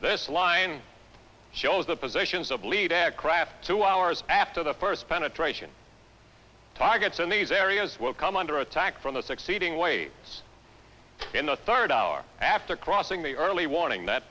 this line shows the positions of lead and craft two hours after the first penetration targets in these areas will come under attack from the succeeding waves in the third hour after crossing the early warning that